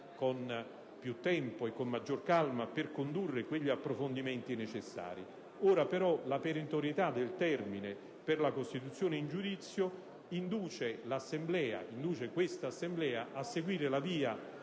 con più tempo e con maggiore calma per condurre gli approfondimenti necessari. Ora però la perentorietà del termine per la costituzione in giudizio induce quest'Assemblea a seguire la via